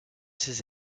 ses